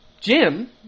Jim